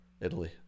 Italy